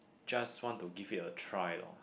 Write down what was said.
just want to give it a try lor